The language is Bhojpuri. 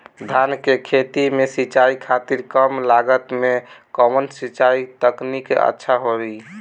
धान के खेती में सिंचाई खातिर कम लागत में कउन सिंचाई तकनीक अच्छा होई?